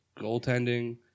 goaltending